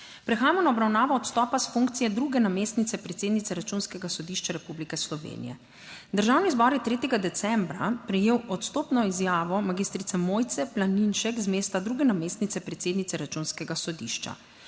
Prehajamo na obravnavo odstopa s funkcije druge namestnice predsednice Računskega sodišča Republike Slovenije. Državni zbor je 3. decembra prejel odstopno izjavo magistrice Mojce Planinšek z mesta druge namestnice predsednice Računskega sodišča.